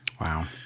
Wow